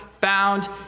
found